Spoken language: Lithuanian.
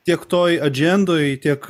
tiek toj adžendoj tiek